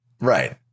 Right